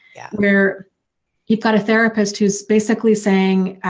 yeah where you've got a therapist who's basically saying,